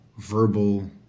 verbal